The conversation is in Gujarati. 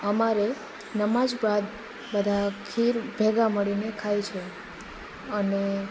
અમારે નમાઝ બાદ બધા ખીર ભેગા મળીને ખાય છે અને